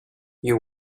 you